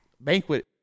banquet